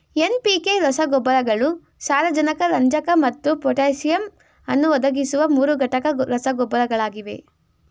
NPK ರಸಗೊಬ್ಬರಗಳು ಸಾರಜನಕ ರಂಜಕ ಮತ್ತು ಪೊಟ್ಯಾಸಿಯಮ್ ಅನ್ನು ಒದಗಿಸುವ ಮೂರುಘಟಕ ರಸಗೊಬ್ಬರಗಳಾಗಿವೆ